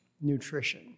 nutrition